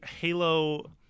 Halo